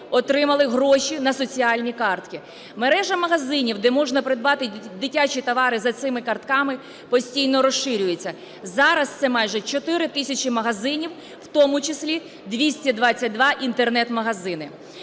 отримали гроші на соціальні картки. Мережа магазинів, де можна придбати дитячі товари за цими картками, постійно розширюється. Зараз це майже 4 тисячі магазинів, в тому числі 222 інтернет-магазини.